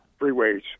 freeways